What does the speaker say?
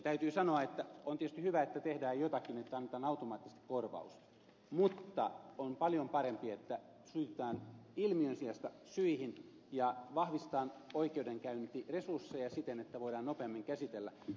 täytyy sanoa että on tietysti hyvä että tehdään jotakin että annetaan automaattisesti korvaus mutta on paljon parempi että puututaan ilmiön sijasta syihin ja vahvistetaan oikeudenkäyntiresursseja siten että voidaan nopeammin käsitellä